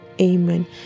amen